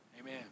Amen